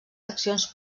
seccions